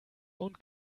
und